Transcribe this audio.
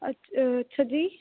ਅੱ ਅੱਛਾ ਜੀ